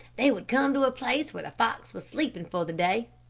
they would come to a place where the fox was sleeping for the day.